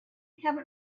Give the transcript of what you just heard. haven’t